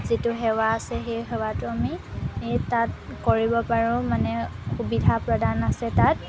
যিটো সেৱা আছে সেই সেৱাটো আমি তাত কৰিব পাৰোঁ মানে সুবিধা প্ৰদান আছে তাত